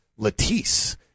Latisse